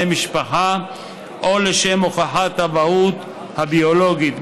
משפחה או לשם הוכחת האבהות הביולוגית,